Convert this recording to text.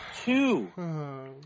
two